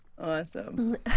Awesome